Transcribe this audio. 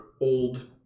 old